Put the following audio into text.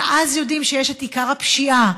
יודעים שאז יש את עיקר הפשיעה,